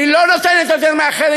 היא לא נותנת יותר מאחרים,